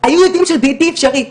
היו יודעים שזה בלתי אפשרי.